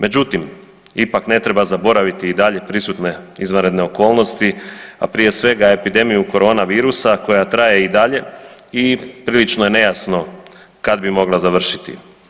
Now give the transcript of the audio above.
Međutim, ipak ne treba zaboraviti i dalje prisutne izvanredne okolnosti, a prije svega epidemiju korona virusa koja traje i dalje i prilično je nejasno kad bi mogla završiti.